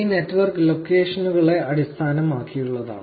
ഈ നെറ്റ്വർക്ക് ലൊക്കേഷനുകളെ അടിസ്ഥാനമാക്കിയുള്ളതാണ്